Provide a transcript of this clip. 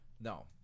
No